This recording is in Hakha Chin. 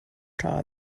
ṭha